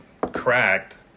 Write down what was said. cracked